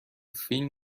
فیلم